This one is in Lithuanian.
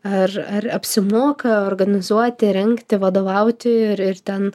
ar ar apsimoka organizuoti rengti vadovauti ir ir ten